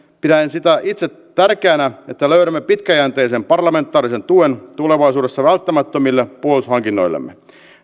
pidän itse tärkeänä sitä että löydämme pitkäjänteisen parlamentaarisen tuen tulevaisuudessa välttämättömille puolustushankinnoillemme